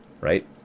right